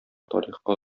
тарихка